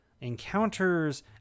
encounters